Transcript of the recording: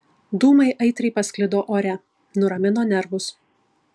dūmai aitriai pasklido ore nuramino nervus